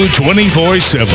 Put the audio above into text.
24-7